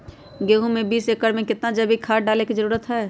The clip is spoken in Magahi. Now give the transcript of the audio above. गेंहू में बीस एकर में कितना जैविक खाद डाले के जरूरत है?